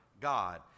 God